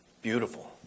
Beautiful